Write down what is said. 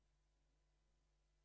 שיהיה לדעתי די סוער,